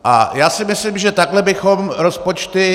A já si myslím, že takhle bychom rozpočty...